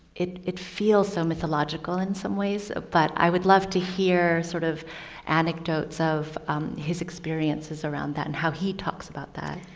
it it feels so mythological in some ways, but i would love to hear sort of anecdotes of his experiences around that and how he talks about that.